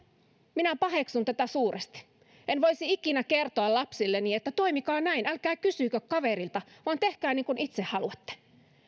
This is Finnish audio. minä paheksun tätä suuresti en voisi ikinä kertoa lapsilleni että toimikaa näin älkää kysykö kaverilta vaan tehkää niin kuin itse haluatte